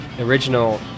original